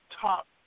top